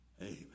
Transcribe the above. Amen